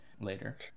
later